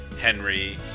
Henry